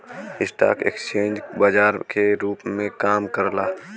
stock exchange बाजार के रूप में काम करला